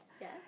Yes